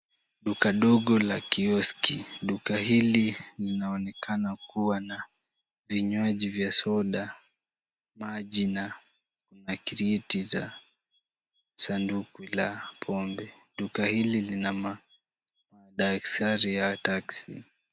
Duka dogo la kioski. Duka hili linaonekana kuwa na vinywaji vya soda, maji na kreti za sanduku la pombe. Duka hili lina madaisari ya taksi .